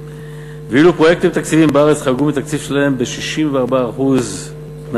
ואילו פרויקטים תקציביים בארץ חרגו מהתקציב שלהם ב-64% מהמקרים,